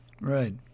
Right